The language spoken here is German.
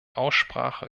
aussprache